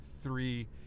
three